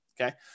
okay